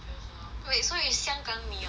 wait so it's 香港 mee or what